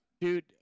Dude